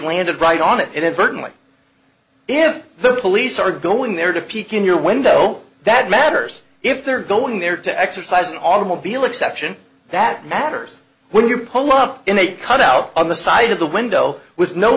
landed right on it in certainly if the police are going there to peek in your window that matters if they're going there to exercise an automobile exception that matters when you pull up in a cutout on the side of the window with no